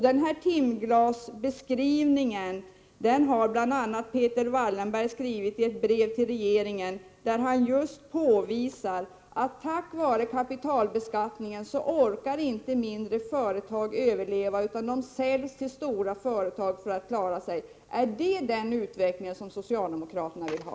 Den här ”timglasbeskrivningen” har bl.a. Peter Wallenberg gjort i ett brev till regeringen där det påvisas att mindre företag på grund av kapitalbeskattningen inte orkar överleva utan säljs till stora företag. Är det den utvecklingen som socialdemokraterna vill ha?